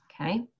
okay